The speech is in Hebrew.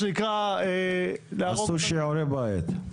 עשו שיעורי בית.